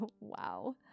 wow